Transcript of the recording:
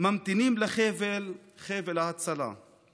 ממתינים לחבל, חבל ההצלה /